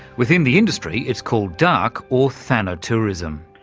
within the industry it's called dark or thanatourism.